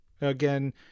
Again